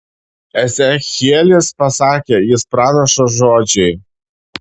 ezechielis pasakė jis pranašo žodžiai